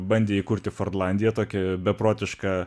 bandė įkurti fordlandiją tokį a beprotišką